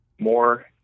more